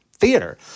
Theater